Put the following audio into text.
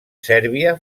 sèrbia